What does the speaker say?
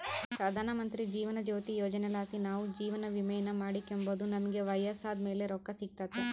ಪ್ರಧಾನಮಂತ್ರಿ ಜೀವನ ಜ್ಯೋತಿ ಯೋಜನೆಲಾಸಿ ನಾವು ಜೀವವಿಮೇನ ಮಾಡಿಕೆಂಬೋದು ನಮಿಗೆ ವಯಸ್ಸಾದ್ ಮೇಲೆ ರೊಕ್ಕ ಸಿಗ್ತತೆ